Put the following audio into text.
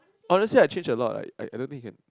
honestly I changed a lot lah I I don't think you can